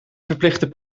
verplichten